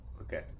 Okay